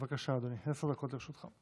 בבקשה, אדוני, עשר דקות לרשותך.